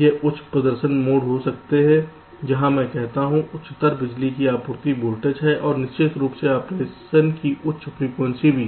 यह उच्च प्रदर्शन मोड हो सकता है जहां मैं कहता हूं उच्चतर बिजली की आपूर्ति वोल्टेज है और निश्चित रूप से ऑपरेशन की उच्च फ्रीक्वेंसी भी